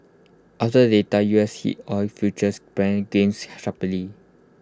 after the data U S heat oil futures pared gains sharply